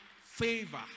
favor